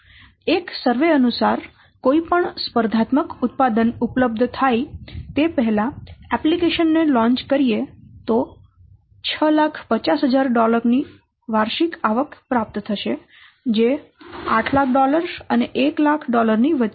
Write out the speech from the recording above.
એક સર્વે અનુસાર કોઈપણ સ્પર્ધાત્મક ઉત્પાદન ઉપલબ્ધ થાય તે પહેલાં એપ્લિકેશન ને લોંચ કરીએ તો 650000 ની વાર્ષિક આવક પ્રાપ્ત કરશે જે આ 800000 અને 100000 ની વચ્ચે છે